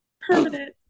permanent